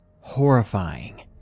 horrifying